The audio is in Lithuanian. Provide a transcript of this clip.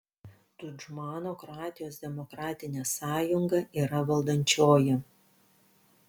tudžmano kroatijos demokratinė sąjunga yra valdančioji